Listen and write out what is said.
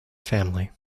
family